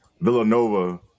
Villanova